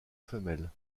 femelle